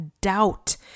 doubt